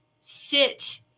sit